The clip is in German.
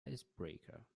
icebreaker